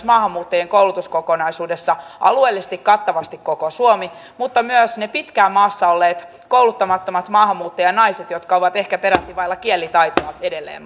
maahanmuuttajien koulutuskokonaisuudessa myös huomioitaisiin alueellisesti kattavasti koko suomi mutta myös ne pitkään maassa olleet kouluttamattomat maahanmuuttajanaiset jotka ovat ehkä peräti vailla kielitaitoa edelleen